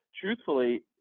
truthfully